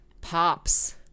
pops